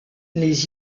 les